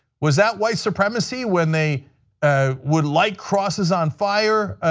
was that white supremacy when they ah would like crosses on fire?